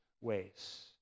ways